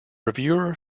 reviewer